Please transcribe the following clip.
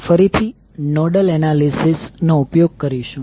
આપણે ફરીથી nodal analysis નો ઉપયોગ કરીશું